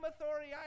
authority